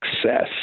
success